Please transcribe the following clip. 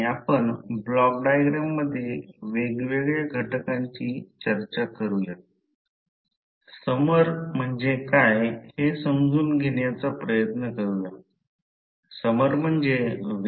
तर फ्लक्सची दिशा मी हॅन्ड रुल सांगितला आहे मी तुम्हाला फक्त समजावून सांगेन मी जे काही सांगितले तेच सर्व काही येथे आहे